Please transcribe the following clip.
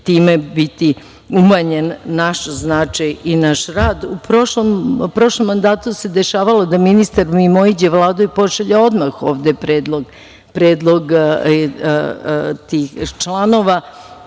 time umanjen naš značaj i naš rad.U prošlom mandatu se dešavalo da ministar mimoiđe Vladu i pošalje odmah ovde predlog tih članova.